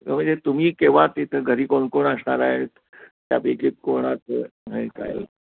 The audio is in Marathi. म्हणजे तुम्ही केव्हा तिथं घरी कोण कोण असणार आहेत त्यापैकी कोणात नाही काय